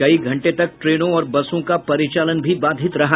कई घंटे तक ट्रेनों और बसों का परिचालन भी बाधित रहा